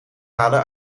halen